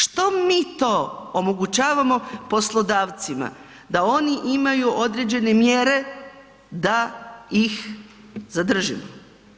Što mi to omogućavamo poslodavcima da oni imaju određene mjere da ih zadržimo?